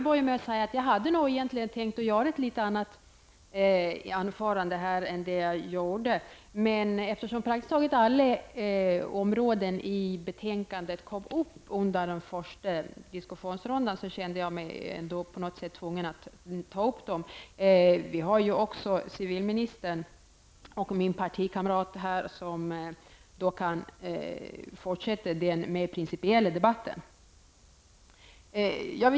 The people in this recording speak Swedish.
Herr talman! Jag hade nog tänkt hålla ett annat anförande än det som jag höll. Men eftersom praktiskt taget alla områden i betänkandet kom upp under den första diskussionsrundan, kände jag mig på något sätt tvingad att ta upp dem. Civilministern och min partikamrat Sonia Karlsson kan fortsätta den mer principiella debatten.